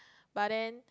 but then